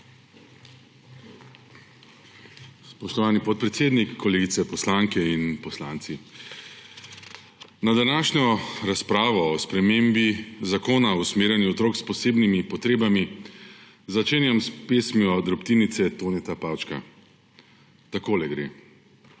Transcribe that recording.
Spoštovani podpredsednik, kolegice poslanke in kolegi poslanci! Današnjo razpravo o spremembi Zakona o usmerjanju otrok s posebnimi potrebami začenjam s pesmijo Drobtinice Toneta Pavčka. Takole gre: